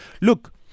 Look